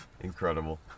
Incredible